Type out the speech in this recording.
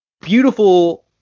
beautiful